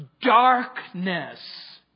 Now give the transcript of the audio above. darkness